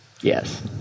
yes